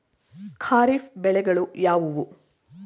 ಖಾರಿಫ್ ಬೆಳೆಗಳು ಯಾವುವು?